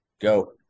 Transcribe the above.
go